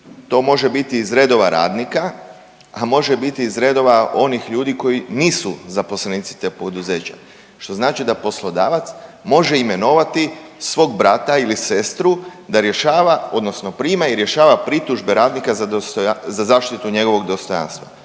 to može biti iz redova radnika, a može biti iz redova onih ljudi koji nisu zaposlenici tog poduzeća, što znači da poslodavac može imenovati svog brata ili sestru da rješava odnosno prima i rješava pritužbe radnika za zaštitu njegovog dostojanstva.